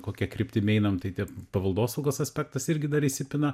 kokia kryptim einam tai tie paveldosaugos aspektas irgi dar įsipina